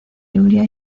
julia